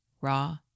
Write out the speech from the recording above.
raw